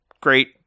great